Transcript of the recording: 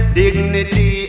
dignity